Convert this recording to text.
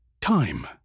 time